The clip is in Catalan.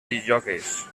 discjòqueis